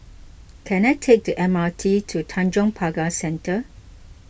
can I take the M R T to Tanjong Pagar Centre